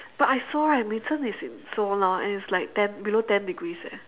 but I saw right Mei-Zhen is in Seoul now and it's like ten below ten degrees eh